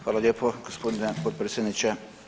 Hvala lijepo gospodine potpredsjedniče.